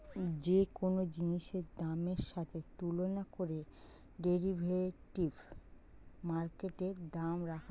যে কোন জিনিসের দামের সাথে তুলনা করে ডেরিভেটিভ মার্কেটে দাম রাখা হয়